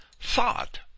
thought